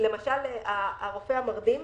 למשל, הרופא המרדים,